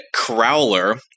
crowler